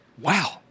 Wow